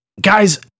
Guys